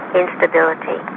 instability